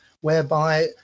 whereby